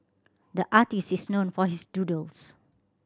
the is known for his doodles